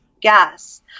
gas